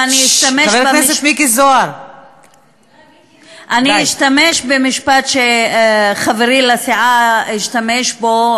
ואני אשתמש במשפט שחברי לסיעה השתמש בו,